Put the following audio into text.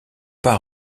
pas